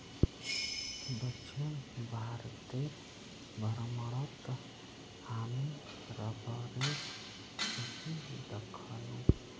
दक्षिण भारतेर भ्रमणत हामी रबरेर खेती दखनु